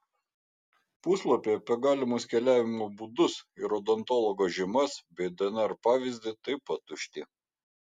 puslapiai apie galimus keliavimo būdus ir odontologo žymas bei dnr pavyzdį taip pat tušti